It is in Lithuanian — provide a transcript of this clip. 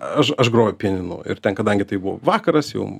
aš aš groju pianinu ir ten kadangi tai buvo vakaras jau